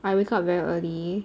I wake up very early